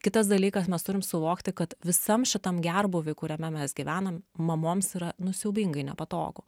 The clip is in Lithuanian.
kitas dalykas mes turim suvokti kad visam šitam gerbūvy kuriame mes gyvenam mamoms yra nu siaubingai nepatogu